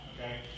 okay